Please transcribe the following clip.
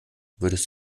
würdest